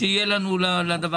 ולא עשיתי את זה בלב שלם,